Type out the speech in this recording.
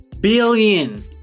billion